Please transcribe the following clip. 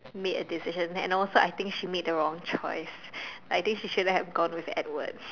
made a decision and also I think she made the wrong choice I think she shouldn't have gone with Edward